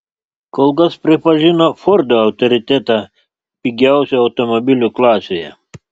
kol kas pripažino fordo autoritetą pigiausių automobilių klasėje